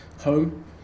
home